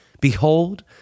Behold